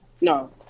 No